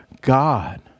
God